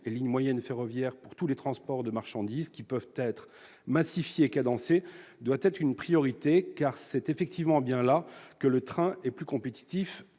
et lignes moyennes ferroviaires, pour tous les transports de marchandises qui peuvent être massifiés et cadencés, doivent être une priorité, car c'est effectivement bien à ce niveau que le train est plus compétitif